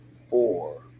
four